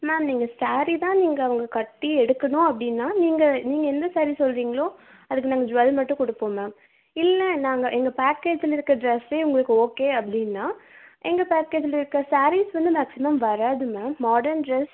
ma'am நீங்கள் ஸேரீ தான் நீங்கள் அவங்க கட்டி எடுக்கணும் அப்படின்னா நீங்கள் நீங்கள் எந்த ஸேரீ சொல்கிறிங்களோ அதுக்கு நாங்கள் ஜுவெல் மட்டும் கொடுப்போம் மேம் இல்லை நாங்கள் எங்கள் பேக்கேஜ்ல இருக்கிற ட்ரெஸ்ஸே உங்களுக்கு ஓகே அப்படின்னா எங்கள் பேக்கேஜ்ல இருக்கிற ஸேரீஸ் வந்து மேக்ஸிமம் வர்றாது மேம் மாடர்ன் ட்ரெஸ்